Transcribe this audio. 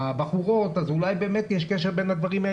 אז אולי באמת יש קשר בין הדברים.